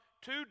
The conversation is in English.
two